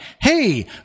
hey